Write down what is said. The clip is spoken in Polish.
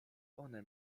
one